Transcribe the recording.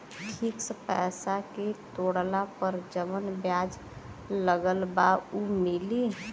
Fix पैसा के तोड़ला पर जवन ब्याज लगल बा उ मिली?